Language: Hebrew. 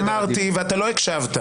אני אמרתי ולא הקשבת.